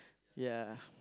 ya